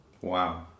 Wow